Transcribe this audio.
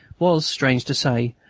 was, strange to say,